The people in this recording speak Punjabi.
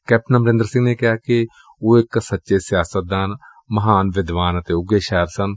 ਕੈਪਟਨ ਅਮਰਿੰਦਰ ਸਿੰਘ ਨੇ ਕਿਹਾ ਕਿ ਉਹ ਇਕ ਸੱਚੇ ਸਿਆਸਤਦਾਨ ਮਹਾਨ ਵਿਦਵਾਨ ਅਤੇ ਉੱਘੇ ਸ਼ਾਇਰ ਸਨ